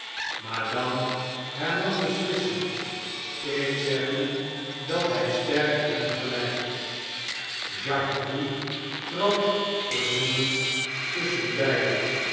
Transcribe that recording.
madame hernam beslissend ik zeg u dat hij sterk op hem gelnkt jacques drie trad verzoenend